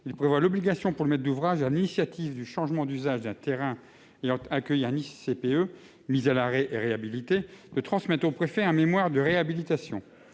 de prévoir l'obligation pour le maître d'ouvrage à l'initiative du changement d'usage d'un terrain ayant accueilli une ICPE mise à l'arrêt et réhabilitée de transmettre au préfet un mémoire de réhabilitation.